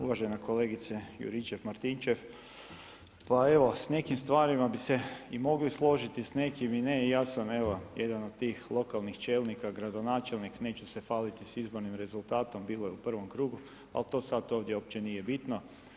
Uvažena kolegice Juričev-Martinčev, pa evo s nekim stvarima bi se i mogli složiti, sa nekim i ne i ja sam evo jedan od tih lokalnih čelnika, gradonačelnik, neću se hvaliti sa izbornim rezultatom, bilo je u prvom krugu ali to sada ovdje uopće nije bitno.